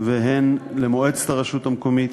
והן למועצת הרשות המקומית,